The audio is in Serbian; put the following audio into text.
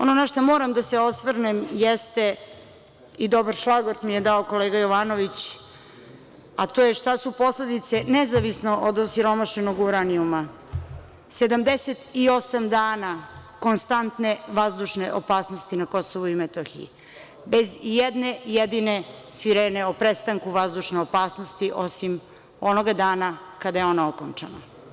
Ono na šta moram da se osvrnem, jeste i dobar šlagvort mi je dao kolega Jovanović, a to je šta su posledice nezavisno od osiromašenog uranijuma, 78 dana konstantne vazdušne opasnosti na Kosovu i Metohiji, bez ijedne jedine sirene o prestanku vazdušne opasnosti osim onoga dana kada je ona okončana.